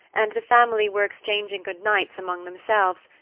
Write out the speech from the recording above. and the family were exchanging good-nights among themselves,